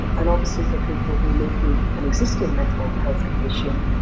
and obviously for people who live with an existing mental health condition,